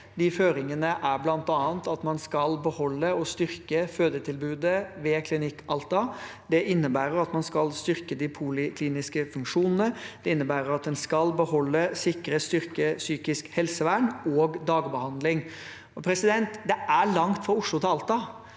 De føringene er bl.a. at man skal beholde og styrke fødetilbudet ved Klinikk Alta. Det innebærer at man skal styrke de polikliniske funksjonene. Det innebærer at man skal beholde, sikre og styrke psykisk helsevern og dagbehandling. Det er langt fra Oslo til Alta,